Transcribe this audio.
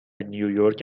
نیویورک